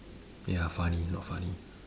ya funny not funny